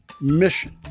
mission